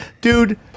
Dude